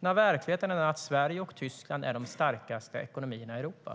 när verkligheten är den att Sverige och Tyskland är de starkaste ekonomierna i Europa.